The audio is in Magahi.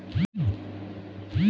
आधार कार्ड भी जोरबे ले पड़ते?